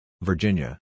Virginia